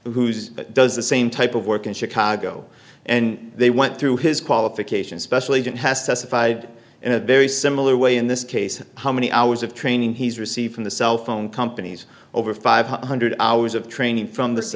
who's does the same type of work in chicago and they went through his qualifications special agent has testified in a very similar way in this case how many hours of training he's received from the cell phone companies over five hundred hours of training from th